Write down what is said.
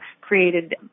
created